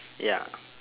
ya